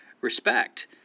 respect